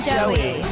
Joey